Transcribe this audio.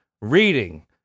Reading